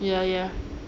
ya ya